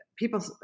people